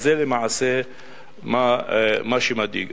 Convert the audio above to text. אז זה למעשה מה שמדאיג.